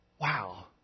Wow